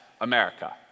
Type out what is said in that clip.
America